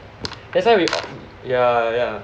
that's why we yeah yeah